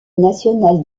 national